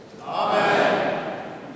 Amen